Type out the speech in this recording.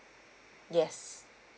yes